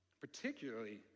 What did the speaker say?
Particularly